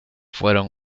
fueron